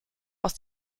aus